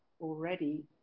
already